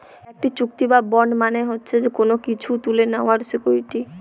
একটি চুক্তি বা বন্ড মানে হচ্ছে কোনো কিছু তুলে নেওয়ার সিকুইরিটি